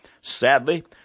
Sadly